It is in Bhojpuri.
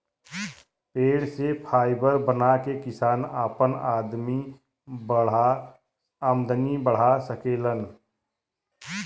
पेड़ से फाइबर बना के किसान आपन आमदनी बढ़ा सकेलन